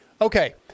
Okay